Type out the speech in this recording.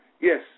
yes